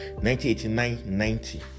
1989-90